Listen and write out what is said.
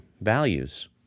values